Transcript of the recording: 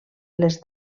les